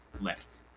left